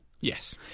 Yes